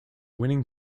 winning